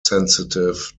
sensitive